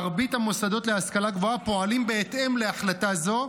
מרבית המוסדות להשכלה גבוהה פועלים בהתאם להחלטה זו,